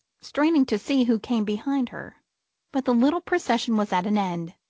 straining to see who came behind her but the little procession was at an end,